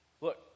Look